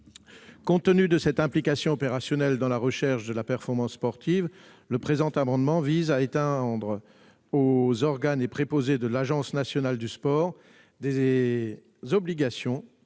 Compte tenu de cette implication opérationnelle dans la recherche de la performance sportive, le présent amendement vise à étendre aux organes et aux préposés de l'Agence nationale du sport des obligations